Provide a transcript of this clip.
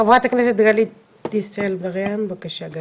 חברת הכנסת גלית דיסטל אטבריאן, בבקשה.